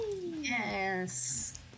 Yes